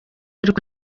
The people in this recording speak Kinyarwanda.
ariko